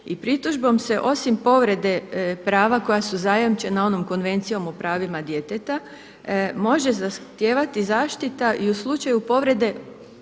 pritužbom se osim povrede prava koja su zajamčena onom Konvencijom o pravima djeteta može zahtijevati zaštita i u slučaju povrede